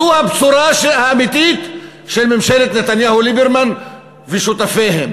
זו הבשורה האמיתית של ממשלת נתניהו-ליברמן ושותפיהם.